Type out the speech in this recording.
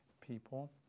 people